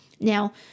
Now